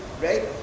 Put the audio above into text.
right